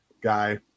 guy